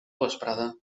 vesprada